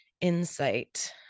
insight